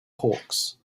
hawks